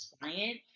client